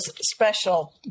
special